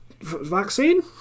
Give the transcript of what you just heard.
vaccine